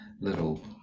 little